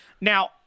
now